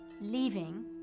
leaving